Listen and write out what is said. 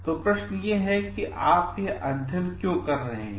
तो प्रश्न यह है कि आप यह अध्ययन क्यों कर रहे हैं